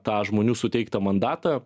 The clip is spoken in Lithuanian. tą žmonių suteiktą mandatą